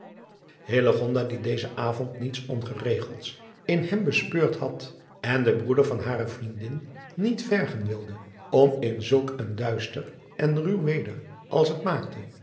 die dezen avond niets ongeregelds in hem bespeurd had en den broeder van hare vriendin niet vergen wilde om in zulk een duister en ruw weder als het maakte